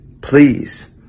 please